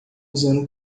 usando